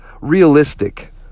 realistic